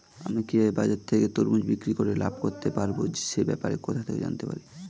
আমি কিভাবে বাজার থেকে তরমুজ বিক্রি করে লাভ করতে পারব সে ব্যাপারে কোথা থেকে জানতে পারি?